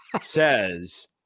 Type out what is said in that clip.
says